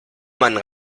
meinen